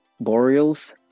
Boreals